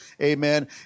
Amen